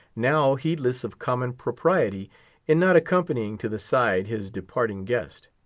now heedless of common propriety in not accompanying to the side his departing guest?